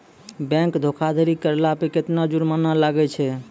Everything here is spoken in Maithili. बैंक धोखाधड़ी करला पे केतना जुरमाना लागै छै?